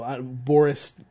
Boris